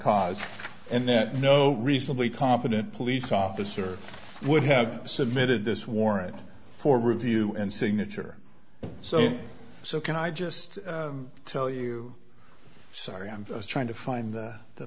cause and that no reasonably competent police officer would have submitted this warrant for review and signature so so can i just tell you sorry i'm trying to find the